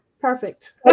perfect